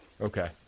Okay